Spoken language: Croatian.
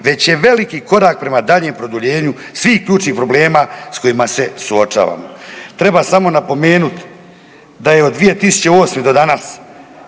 već je veliki korak prema daljnjem produljenju svih ključnih problema s kojima se suočavamo. Treba samo napomenut da je od 2008. do danas